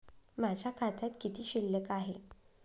माझ्या खात्यात किती शिल्लक आहे?